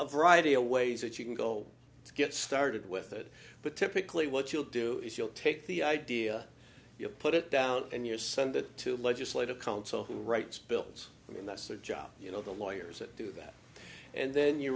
a variety of ways that you can go to get started with that but typically what you'll do is you'll take the idea you put it down and you're sent it to legislative counsel who writes bills i mean that's their job you know the lawyers that do that and then you